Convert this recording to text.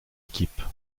équipe